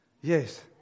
Yes